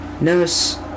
Nurse